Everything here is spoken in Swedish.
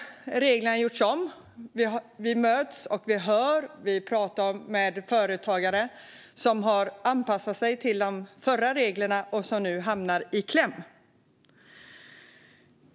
Reglerna har nu gjorts om, och företagare som har anpassat sig till de tidigare reglerna hamnar i kläm.